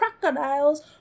crocodiles